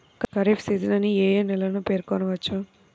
Kharif season అని ఏ ఏ నెలలను పేర్కొనవచ్చు?